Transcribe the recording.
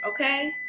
okay